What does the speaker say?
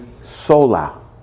sola